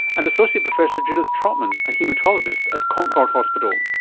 and associate professor judith trotman, a haematologist at concord hospital.